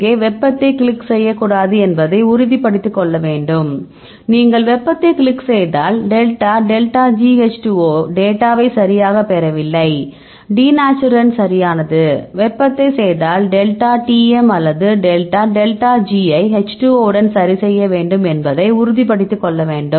இங்கே வெப்பத்தைக் கிளிக் செய்யக்கூடாது என்பதை உறுதிப்படுத்திக் கொள்ள வேண்டும் நீங்கள் வெப்பத்தைக் கிளிக் செய்தால் delta delta G H 2 O டேட்டாவைசரியாகப் பெறவில்லை டிநேச்சுரண்ட் சரியானது வெப்பத்தை செய்தால் டெல்டா Tm அல்லது டெல்டா டெல்டா G ஐ H 2 O உடன் சரி செய்ய வேண்டும் என்பதை உறுதிப்படுத்திக் கொள்ள வேண்டும்